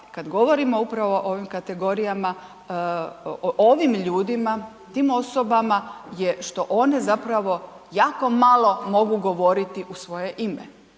kategorijama, ovim ljudima, tim osobama je što one zapravo jako malo mogu govoriti u svoje ime,